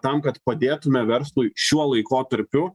tam kad padėtume verslui šiuo laikotarpiu